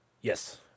Yes